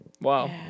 Wow